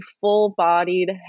full-bodied